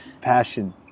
passion